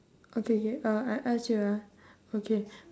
okay okay uh I ask you ah okay